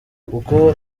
kuko